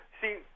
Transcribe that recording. see